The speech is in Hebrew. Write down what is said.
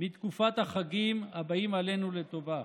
מתקופת החגים הבאים עלינו לטובה.